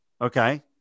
Okay